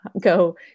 go